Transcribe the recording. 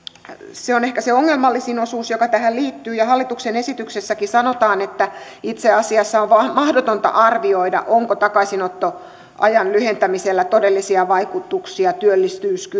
se on ehkä se ongelmallisin osuus joka tähän liittyy ja hallituksen esityksessäkin sanotaan että itse asiassa on mahdotonta arvioida onko takaisinottoajan lyhentämisellä todellisia vaikutuksia